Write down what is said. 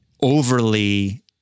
overly